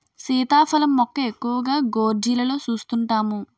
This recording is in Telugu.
సీతాఫలం మొక్క ఎక్కువగా గోర్జీలలో సూస్తుంటాము